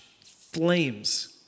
flames